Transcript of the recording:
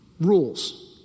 Rules